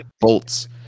bolts